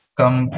come